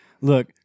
look